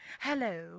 Hello